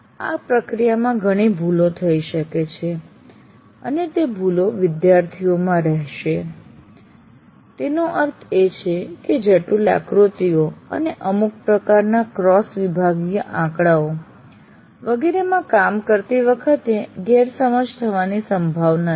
આ પ્રક્રિયામાં ઘણી ભૂલો થઇ શકે છે અને તે ભૂલો વિદ્યાર્થીમાં રહેશે તેનો અર્થ એ છે કે જટિલ આકૃતિઓ અને અમુક પ્રકારના ક્રોસ વિભાગીય આંકડાઓ વગેરેમાં કામ કરતી વખતે ગેરસમજ થવાની સંભાવના છે